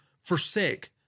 forsake